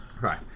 Right